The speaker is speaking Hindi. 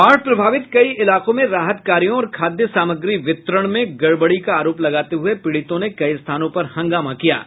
बाढ़ प्रभावित कई इलाकों में राहत कार्यों और खाद्य सामग्री वितरण में गड़बड़ी का आरोप लगाते हुये पीड़ितों ने कई स्थानों पर हंगामा किया है